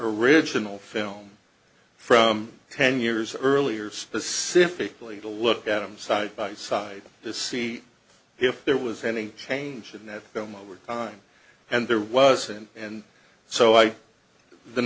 original film from ten years earlier specifically to look at them side by side to see if there was any change in that film over time and there wasn't and so i the